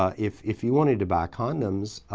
ah if if you wanted to buy condoms,